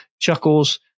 Chuckles